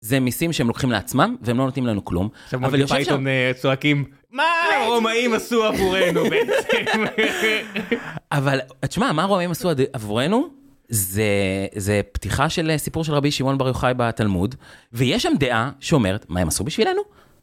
זה מיסים שהם לוקחים לעצמם והם לא נותנים לנו כלום. עכשיו מונטי פייטון צועקים, מה הרומאים עשו עבורנו בעצם? אבל את שמע, מה הרומאים עשו עבורנו, זה פתיחה של סיפור של רבי שימעון בר-יוחאי בתלמוד, ויש שם דעה שאומרת, מה הם עשו בשבילנו?